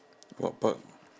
what part